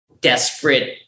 desperate